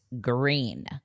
green